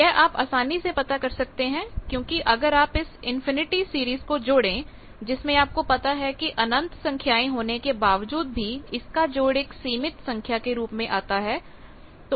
यह आप आसानी से पता कर सकते हैं क्योंकि अगर आप इस इंफिनिटी सीरीज को जोड़ें जिसमें आपको पता है के अनंत संख्याएं होने के बावजूद भी इसका जोड़ एक सीमित संख्या के रूप में आता है